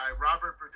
Robert